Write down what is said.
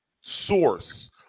source